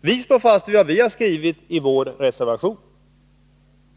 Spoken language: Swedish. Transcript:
Vi står fast vid vad vi har skrivit i vår reservation.